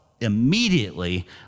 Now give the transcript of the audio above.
immediately